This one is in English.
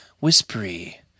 whispery